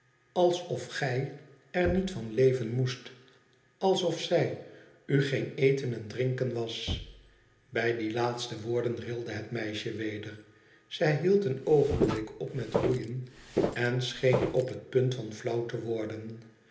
alsof gij er niet van leven moest i alsof zij u geen eten en drinken was bij die laatste woorden rilde het meisje weder zij hield een oogenblik op met roeien en scheen op het punt van flauw te worden